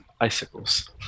Icicles